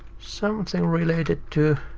something related to.